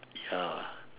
ya